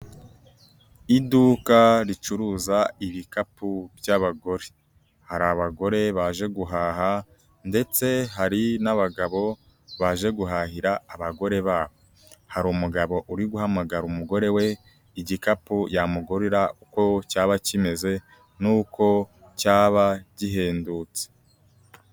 Iduka ricuruza ibikapu by'abagore, hari abagore baje guhaha ndetse hari n'abagabo baje guhahira abagore babo, hari umugabo uri guhamagara umugore we, igikapu yamugurira uko cyaba kimeze nuko cyaba gihendutse.